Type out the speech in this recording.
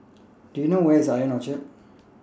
Do YOU know Where IS I O N Orchard